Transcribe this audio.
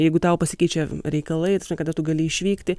jeigu tau pasikeičia reikalai kada tu gali išvykti